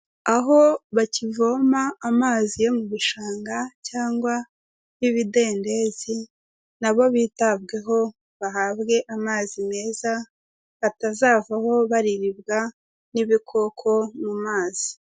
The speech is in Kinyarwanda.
Aho bakivoma amazi yo mu bishanga cyangwa y'ibidendezi, na bo bitabweho bahabwe amazi meza, batazavaho bariribwa n'ibikoko mu mazi.